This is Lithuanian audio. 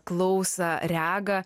klausą regą